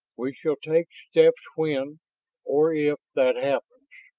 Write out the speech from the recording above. we shall take steps when or if that happens